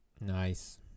nice